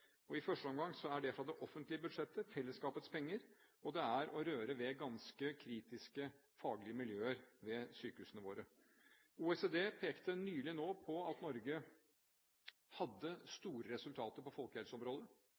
og i første omgang er det fra det offentlige budsjettet, fellesskapets penger, og det er å røre ved ganske kritiske faglige miljøer ved sykehusene våre. OECD pekte nylig på at Norge hadde store resultater på folkehelseområdet.